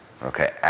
Okay